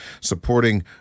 supporting